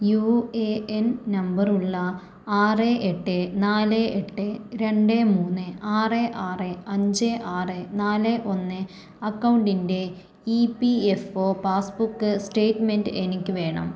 U A N നമ്പറുള്ള ആറ് എട്ട് നാല് എട്ട് രണ്ട് മൂന്ന് ആറ് ആറ് അഞ്ച് ആറ് നാല് ഒന്ന് അക്കൗണ്ടിൻ്റെ E P F O passbook statement എനിക്ക് വേണം